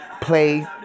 Play